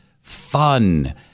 fun